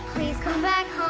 come back